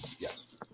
Yes